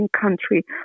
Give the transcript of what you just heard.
country